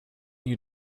you